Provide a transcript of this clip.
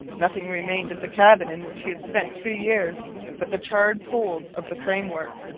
nothing remained of the cabin in which he had spent three years but the charred poles of the framework.